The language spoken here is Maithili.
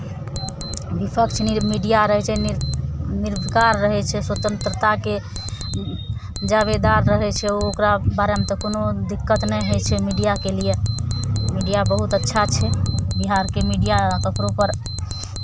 निष्पक्ष निर मीडिया रहै छै निर निर्विकार रहै छै स्वतंत्रताके जावाबदार रहै छै ओकरा बारेमे तऽ कोनो दिक्कत नहि होइ छै मीडियाके लिए मीडिया बहुत अच्छा छै बिहारके मीडिया ककरोपर